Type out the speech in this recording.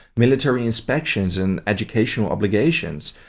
military inspections and educational obligations.